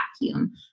vacuum